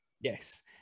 yes